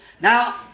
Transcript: Now